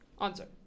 answer